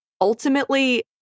ultimately